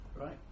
right